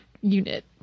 unit